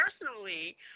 personally